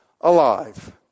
alive